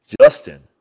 Justin